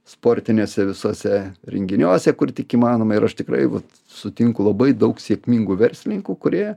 sportiniuose visuose renginiuose kur tik įmanoma ir aš tikrai sutinku labai daug sėkmingų verslininkų kurie